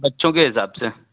बच्चों के हिसाब से